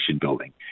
building